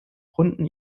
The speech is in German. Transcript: runden